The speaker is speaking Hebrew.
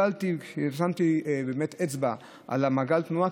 שמתי אצבע על מעגל התנועה,